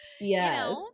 yes